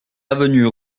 avenue